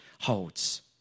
holds